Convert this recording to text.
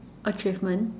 achievement